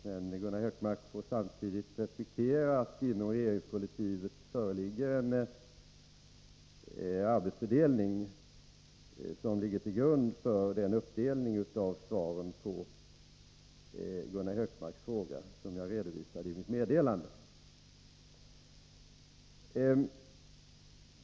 Men Gunnar Hökmark får samtidigt respektera att det inom regeringskollektivet föreligger en arbetsfördelning som ligger till grund för den uppdelning av svaren på Gunnar Hökmarks frågor som jag redovisade i mitt meddelande.